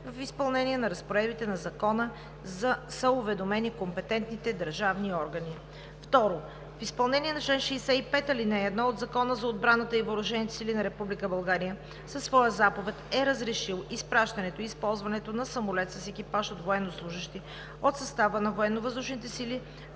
В изпълнение на разпоредбите на Закона са уведомени компетентните държавни органи. II. В изпълнение на чл. 65, ал. 1 от Закона за отбраната и въоръжените сили на Република България със своя заповед е разрешил изпращането и използването на самолет с екипаж от военнослужещи от състава на